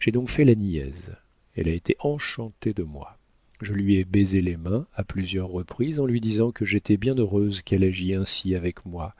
j'ai donc fait la niaise elle a été enchantée de moi je lui ai baisé les mains à plusieurs reprises en lui disant que j'étais bien heureuse qu'elle agît ainsi avec moi